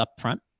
upfront